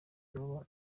vyoba